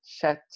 chat